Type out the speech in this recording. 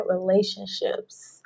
relationships